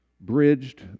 bridged